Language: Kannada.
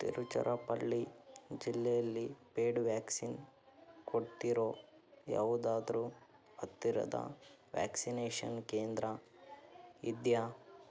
ತಿರುಚರಾಪಳ್ಳಿ ಜಿಲ್ಲೆಯಲ್ಲಿ ಪೇಯ್ಡ್ ವ್ಯಾಕ್ಸಿನ್ ಕೊಡ್ತಿರೋ ಯಾವುದಾದರು ಹತ್ತಿರದ ವ್ಯಾಕ್ಸಿನೇಷನ್ ಕೇಂದ್ರ ಇದೆಯಾ